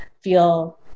feel